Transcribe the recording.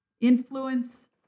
influence